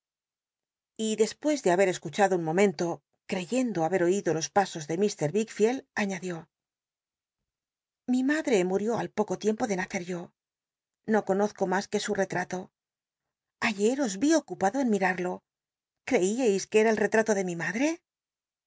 y dcspucs de haber escuchado wl momento creyendo haber oído los pasos tle lfr wickficld añadió lli mad te murió al poco tiempo de nacer yo no conozco mas que su retrato ayer os vi ocupado en miral'lo creíais que ora el rctl'alo de mi madre